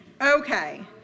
Okay